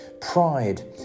Pride